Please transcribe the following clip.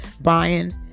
buying